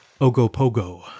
Ogopogo